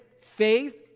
Faith